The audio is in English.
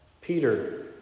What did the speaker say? Peter